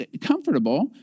comfortable